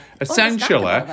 essentially